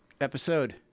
Episode